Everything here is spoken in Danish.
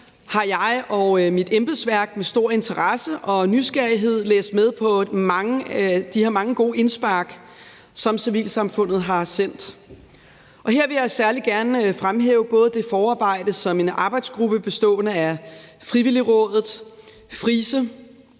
har jeg og mit embedsværk med stor interesse og nysgerrighed læst med på de her mange gode indspark, som civilsamfundet har sendt. Her vil jeg gerne særlig fremhæve både det forarbejde, som en arbejdsgruppe bestående af Frivilligrådet, FriSe,